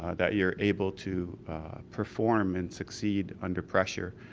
that you're able to perform and succeed under pressure.